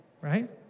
right